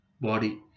body